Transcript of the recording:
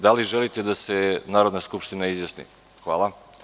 Da li želite da se Narodna skupština izjasni? (Ne) Hvala.